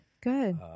Good